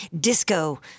disco